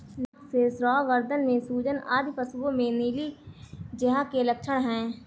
नाक से स्राव, गर्दन में सूजन आदि पशुओं में नीली जिह्वा के लक्षण हैं